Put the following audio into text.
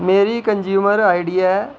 मेरी consumer I D ऐ